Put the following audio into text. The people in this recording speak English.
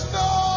no